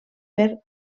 per